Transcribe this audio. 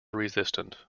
resistant